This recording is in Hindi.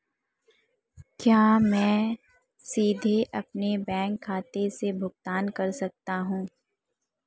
क्या मैं सीधे अपने बैंक खाते से भुगतान कर सकता हूं?